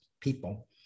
people